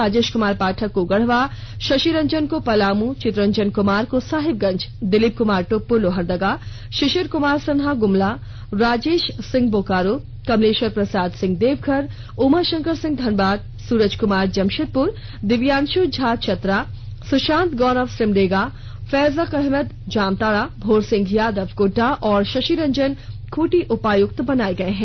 राजेश कुमार पाठक को गढ़वा शशिरंजन को पलामू चितरंजन कुमार को साहिबगंज दिलीप कुमार टोप्पो लोहरदगा शिशिर कुमार सिन्हा गुमला राजेश सिंह बोकारो कमलेश्वर प्रसाद सिंह देवघर उमाशंकर सिंह धनबाद सुरज कुमार जमशेदपुर दिव्यांशु झा चतरा सुशांत गौरव सिमडेगा फैज अक अहमद जामताड़ा भोर सिंह यादव गोड्डा और शशिरंजन खूंटी उपायुक्त बनाये गये हैं